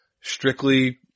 strictly